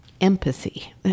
empathy